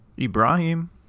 Ibrahim